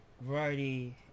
variety